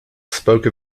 spoke